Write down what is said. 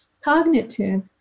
cognitive